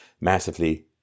massively